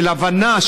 של הבנה,